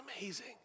amazing